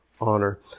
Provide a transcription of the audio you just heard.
honor